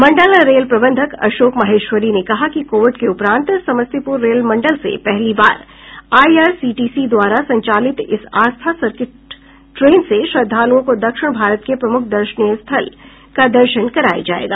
मंडल rail प्रबंधक अशोक माहेश्वरी ने कहा कि कोविड के उपरांत समस्तीपुर रेल मंडल से पहली बार आईआरसीटीसी द्वारा संचालित इस आस्था सर्किट ट्रेन से श्रद्वालुओं को दक्षिण भारत के प्रमुख दर्शनीय स्थल का दर्शन कराया जायेगा